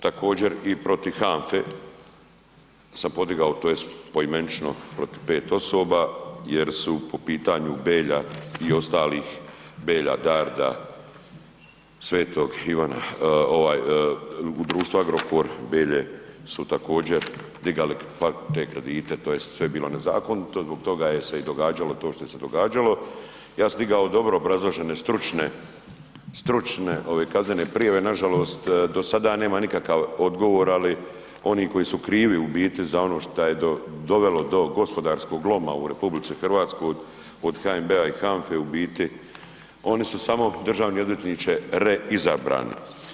Također i protiv HANFA-e sam podigao tj. poimenično protiv 5 osoba jer su po pitanju Belja i ostalih Belja Darda, Svetog Ivana ovaj, u društvu Agrokor Belje su također dizali … [[Govornik se ne razumije]] te kredite tj. sve je bilo nezakonito, zbog toga je se i događalo to što se događao, ja sam digao dobro obrazložene stručne, stručne, ove kaznene prijave, nažalost do sada ja nemam nikakav odgovor, ali oni koji su krivi u biti za ono šta je dovelo do gospodarskog loma u RH od HNB-a i HANFA-e u biti, oni su samo državni odvjetniče reizabrani.